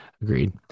agreed